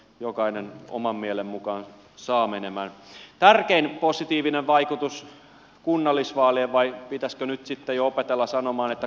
jokainen oman mielen mukaan saa menemään tärkein positiivinen vaikutus kunnallisvaalien vai pitäskö nyt sitä jo opetella sanomaan että